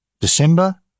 December